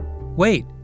wait